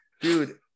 dude